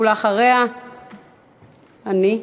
ולאחריה, אני,